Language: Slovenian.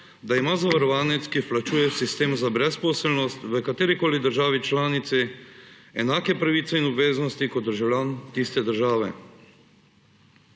da ima zavarovanec, ki vplačuje v sistem za brezposelnost v katerikoli državi članici, enake pravice in obveznosti kot državljan tiste države.